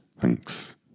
Thanks